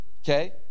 okay